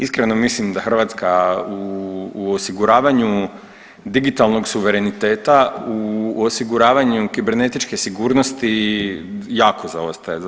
Iskreno mislim da Hrvatska u osiguravanju digitalnog suvereniteta u osiguravanju kibernetičke sigurnosti jako zaostaje.